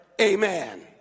Amen